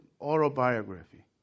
autobiography